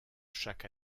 chaque